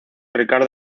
richard